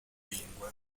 lingue